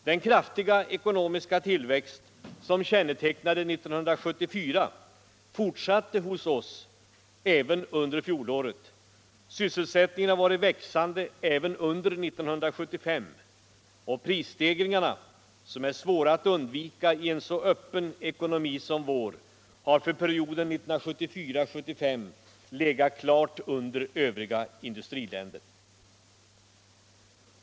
Den kraftiga ekonomiska tillväxt som kännetecknade 1974 fortsatte hos oss också under fjolåret. Sysselsättningen har varit växande även under 1975 och prisstegringarna, som är svåra att undvika i en så öppen ekonomi som vår, har för perioden 1974-1975 legat klart under övriga industriländers.